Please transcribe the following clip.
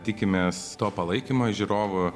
tikimės to palaikymo iš žiūrovų